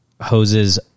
hoses